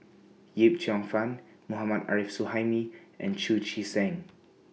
Yip Cheong Fun Mohammad Arif Suhaimi and Chu Chee Seng